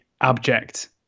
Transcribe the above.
abject